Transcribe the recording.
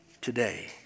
today